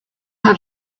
have